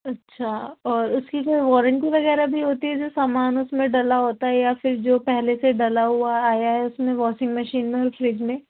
اچھا اور اس کی کیا وارنٹی وغیرہ بھی ہوتی جو سامان اس میں ڈلا ہوتا ہے یا پھر جو پہلے سے ڈلا ہوا آیا ہے اس میں واشنگ مشین میں اور فریج میں